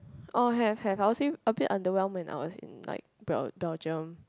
oh have have I would say a bit underwhelemed when I was in like bel~ Belgium